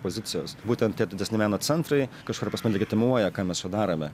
pozicijos būtent tie didesni meno centrai kažkuria prasme legitimuoja ką mes čia darome